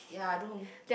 ya I don't